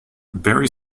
berry